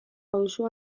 pausu